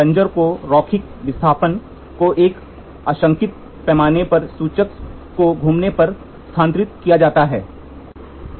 plunger के रैखिक विस्थापन को एक अंशांकित पैमाने पर सूचक के घूमने पर स्थानांतरित किया जाता है